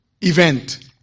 event